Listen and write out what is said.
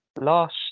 last